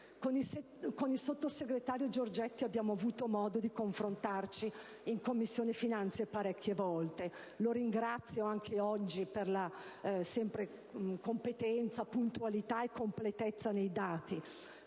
Con il sottosegretario Giorgetti abbiamo avuto modo di confrontarci in Commissione finanze parecchie volte. Lo ringrazio anche oggi per la competenza, puntualità e completezza nei dati;